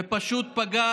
ופשוט פגע